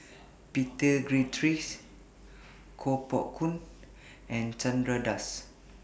Peter Gilchrist Koh Poh Koon and Chandra Das